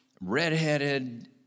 redheaded